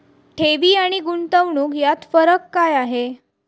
ठेवी आणि गुंतवणूक यात फरक काय आहे?